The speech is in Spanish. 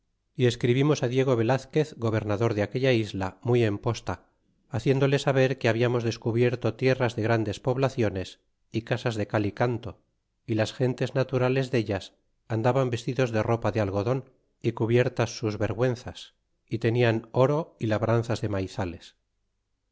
y escribimos diego velazquez gobernador de aquella isla muy en posta haciéndole saber que habiamos descubierto tierras de grandes poblaciones y casas de cal y canto y las gentes naturales dallas andaban vestidos de ropa de algodon y cubiertas sus vergüenzas y tenian oro y labranzas de maizales